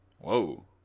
Whoa